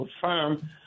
firm